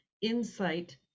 insight